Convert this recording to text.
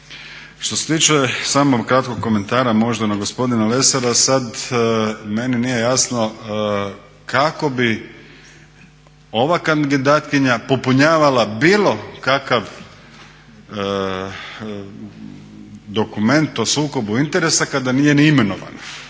Što se tiče samog kratkog komentara možda na gospodina Lesara sad meni nije jasno kako bi ova kandidatkinja popunjavala bilo kakav dokument o sukobu interesa kada nije ni imenovana.